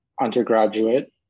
undergraduate